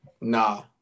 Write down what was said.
Nah